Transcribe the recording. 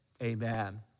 Amen